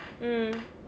mm